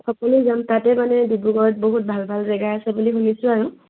সকলোৱে যাম তাতে মানে ডিব্ৰুগড়ত বহুত ভাল ভাল জেগা আছে বুলি শুনিছোঁ আৰু